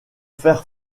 fer